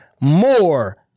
more